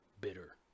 bitter